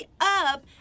Up